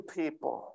people